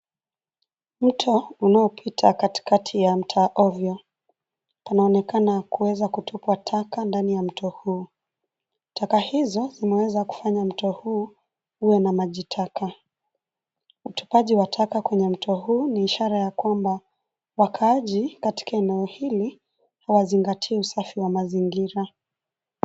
Mto, unaopita katikati ya mtaa ovyo, kunaonekana kuweza kutupwa taka ndani ya mto huu, taka hizo, zinaweza kufanya mto huu, uwe na maji taka, utupaji wa taka kwenye mto huu ni ishara ya kwamba, wakaaji katika eneo hili, hawazingatii usafi wa mazingira.